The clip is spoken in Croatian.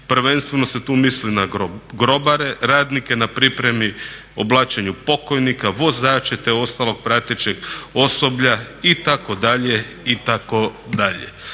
Prvenstveno se tu misli na grobare, radnike na pripremi i oblačenju pokojnika, vozače te ostalog pratećeg osoblja itd.